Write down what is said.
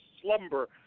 slumber